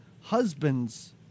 husband's